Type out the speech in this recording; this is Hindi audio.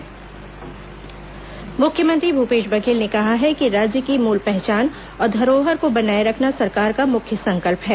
मुख्यमंत्री रोड शो मुख्यमंत्री भूपेश बघेल ने कहा है कि राज्य की मूल पहचान और धरोहर को बनाए रखना सरकार का मुख्य संकल्प है